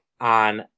on